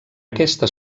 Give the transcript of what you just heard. aquesta